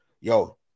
yo